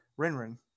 Rinrin